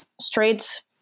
straight